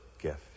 gift